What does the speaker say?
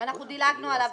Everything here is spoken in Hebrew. אנחנו דילגנו עליו,